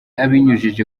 abinyujije